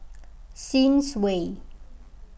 Sims Way